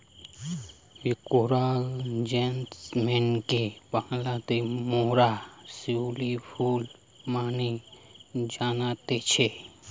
coral জেসমিনকে বাংলাতে মোরা শিউলি ফুল মানে জানতেছি